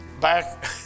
Back